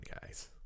guys